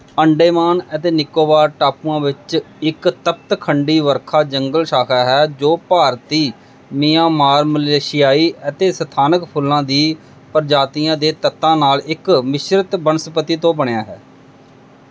ਅੰਡੇਮਾਨ ਅਤੇ ਨਿਕੋਬਾਰ ਟਾਪੂਆਂ ਵਿੱਚ ਇੱਕ ਤਪਤ ਖੰਡੀ ਵਰਖਾ ਜੰਗਲ ਸ਼ਾਖਾ ਹੈ ਜੋ ਭਾਰਤੀ ਮਿਆਂਮਾਰ ਮਲੇਸ਼ੀਆਈ ਅਤੇ ਸਥਾਨਕ ਫੁੱਲਾਂ ਦੀ ਪ੍ਰਜਾਤੀਆਂ ਦੇ ਤੱਤਾਂ ਨਾਲ ਇੱਕ ਮਿਸ਼ਰਤ ਬਨਸਪਤੀ ਤੋਂ ਬਣਿਆ ਹੈ